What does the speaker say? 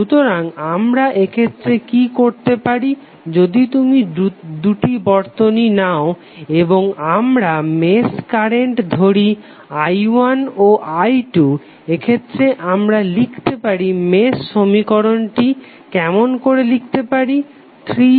সুতরাং আমরা এক্ষেত্রে কি করতে পারি যদি তুমি দুটি বর্তনী নাও এবং আমরা মেশ কারেন্ট ধরি i1 ও i2 এক্ষেত্রে আমরা লিখতে পারি মেশ সমীকরণটি কেমন করে লিখতে পারি